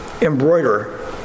Embroider